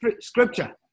scripture